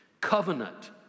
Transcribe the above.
covenant